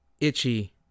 Itchy